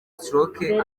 stroke